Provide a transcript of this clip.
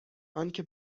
آنکه